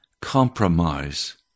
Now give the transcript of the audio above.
compromise